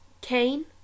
Cain